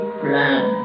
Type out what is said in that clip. plan